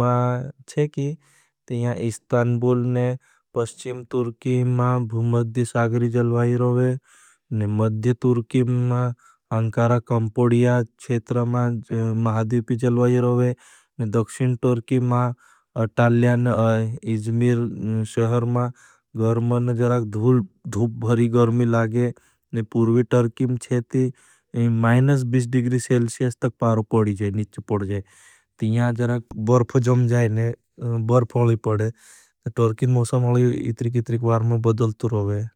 में इस्तान्बूल और पस्चीम तुर्की में भुमद्य सागरी जल वाई रोगे। मध्य तुर्की में अंकारा कम पड़ी है, छेत्रा में महाद्विपी जल वाई रोगे। दक्षिन टर्की में इजमीर सेहर में धूब भरी गर्मी लागे। पूर्वी टर्की में माइनस बीस डिग्री सेल्सियस तक पारो पड़ी जाएं। तिहां बर्फ जम जाएं। टर्कीन म माइनस बीस डिग्री सेल्सियस तक पड़ी जाएं।